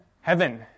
Heaven